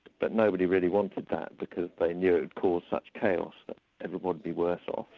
but nobody really wanted that, because they knew it would cause such chaos, that everybody would be worse off.